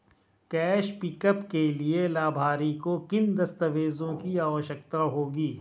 Cash pickup के लिए लाभार्थी को किन दस्तावेजों की आवश्यकता होगी?